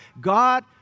God